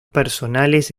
personales